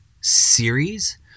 series